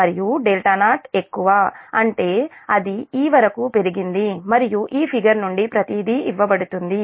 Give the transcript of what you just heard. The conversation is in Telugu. మరియు 1ఎక్కువ అంటే అది 'e' వరకు పెరిగింది మరియు ఈ ఫిగర్ నుండి ప్రతిదీ ఇవ్వబడుతుంది